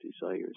desires